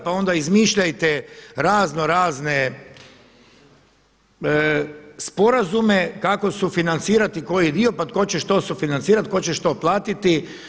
Pa onda izmišljajte razno razne sporazume kako sufinancirati koji dio, pa tko će što sufinancirati, tko će što platiti.